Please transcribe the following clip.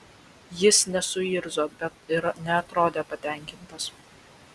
jis nesuirzo bet ir neatrodė patenkintas